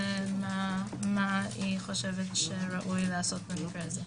ומה היא חושבת שיש לעשות בהקשר זה.